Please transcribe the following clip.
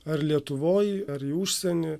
ar lietuvoj ar į užsienį